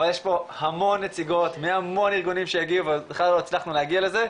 אבל יש פה המון נציגות מהמון ארגונים שהגיעו ובכלל לא הצלחנו להגיע לזה,